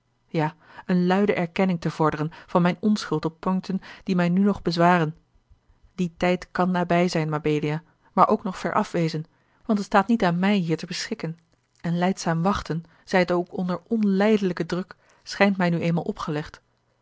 ja eene luide erkenning te vorderen van mijne onschuld op poincten die mij nu nog bezwaren die tijd kan nabij zijn mabelia maar ook nog veraf wezen want het staat niet aan mij hier te beschikken en lijdzaam wachten zij het ook onder onlijdelijken druk schijnt mij nu eenmaal opgelegd